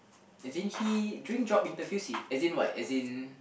as in he during job interviews he as in what as in